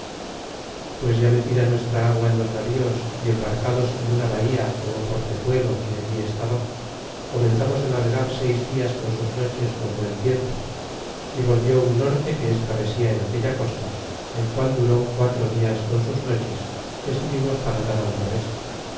pues ya metida nuestra agua en los navíos y embarcados en una bahía como portezuelo que allí es taba comenzamos á navegar seis días con sus noches con buen tiempo y volvió un norte que es travesía en aquella costa el qual duró quatro días con sus noches que estuvimos para dar al traves